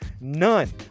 none